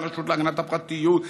והרשות להגנת הפרטיות,